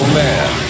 man